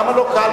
למה לא קל?